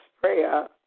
prayer